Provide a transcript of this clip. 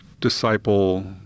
disciple